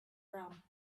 rum